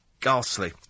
ghastly